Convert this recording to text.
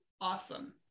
awesome